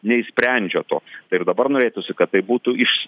neišsprendžia to tai ir dabar norėtųsi kad tai būtų iš